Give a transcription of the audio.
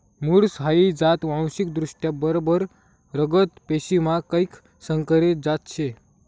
मुर्स हाई जात वांशिकदृष्ट्या बरबर रगत पेशीमा कैक संकरीत जात शे